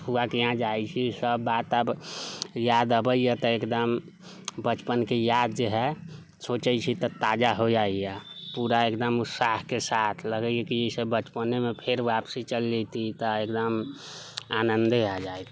फुआके यहाँ जाइ छी सभ बात अब याद अबैया तऽ एकदम बचपनके याद जे है सोचै छी तऽ ताजा हो जाइया पूरा एकदम उत्साहके साथ लगैया कि जाहिसे फेर बचपनेमे वापसी चल जेतीह तऽ एकदम आनन्दे आ जाइत